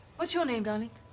what's your name, darling?